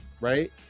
right